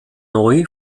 neu